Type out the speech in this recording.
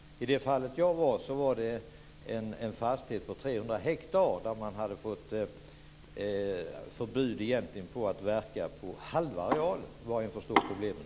I det fall jag talade om var det en fastighet på 300 hektar där man hade fått förbud mot att verka på halva arealen. Var och en förstår problemen.